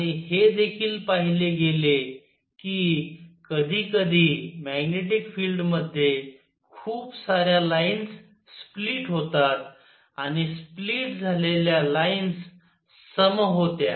आणि हे देखील पाहिले गेले की कधीकधी मॅग्नेटिक फिल्ड मध्ये खूप साऱ्या लाईन्स स्प्लिट होतात आणि स्प्लिट झालेल्या लाईन्स सम होत्या